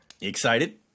Excited